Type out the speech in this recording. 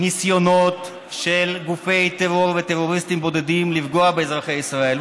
ניסיונות של גופי טרור וטרוריסטים בודדים לפגוע באזרחי ישראל,